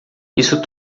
isso